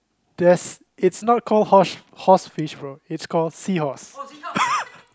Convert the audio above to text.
just it's not called horse~ horsefish bro it's called seahorse